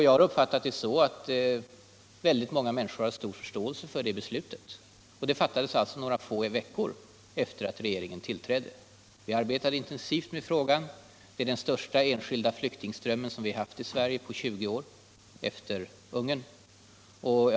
Jag har uppfattat det så, att väldigt många människor hyser stor förståelse för det beslutet. Det fattades alltså några få veckor efter det att regeringen tillträdde. Vi arbetar intensivt med frågan. Det gäller den största enskilda flyktingström som vi haft i Sverige på 20 år, efter händelserna i Ungern.